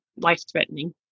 life-threatening